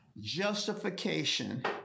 justification